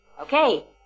Okay